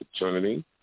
opportunity